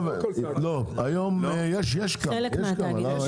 חלק מהתאגידים.